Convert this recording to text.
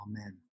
Amen